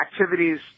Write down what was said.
activities